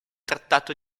trattato